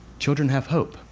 children have hope.